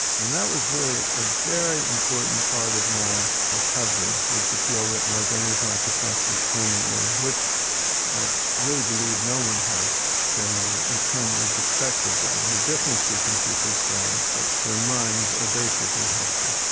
and that was really a very important part of my recovery, was to feel that my brain was not defective permanently, which i really believe no one has generally a permanently defective brain. there are differences in people's brains but their minds are basically healthy,